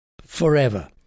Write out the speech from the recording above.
forever